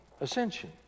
ascension